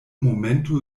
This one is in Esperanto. momento